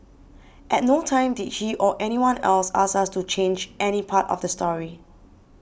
at no time did he or anyone else ask us to change any part of the story